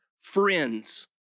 friends